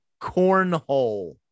cornhole